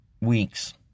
weeks